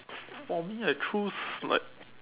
for me I choose like